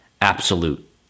absolute